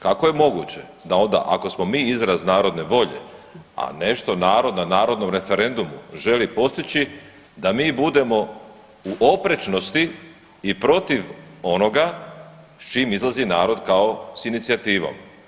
Kako je moguće da onda ako smo mi izraz narodne volje, a ne što narod na narodnom referendumu želi postići da mi budemo u oprečnosti i protiv onoga s čim izlazi narod kao sa inicijativom.